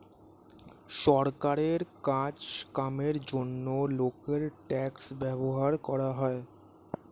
সরকারের কাজ কামের জন্যে লোকের ট্যাক্স ব্যবহার হয়